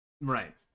right